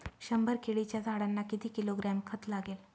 शंभर केळीच्या झाडांना किती किलोग्रॅम खत लागेल?